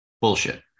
Bullshit